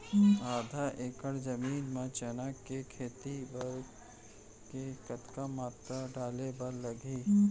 आधा एकड़ जमीन मा चना के खेती बर के कतका मात्रा डाले बर लागही?